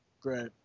Great